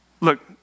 look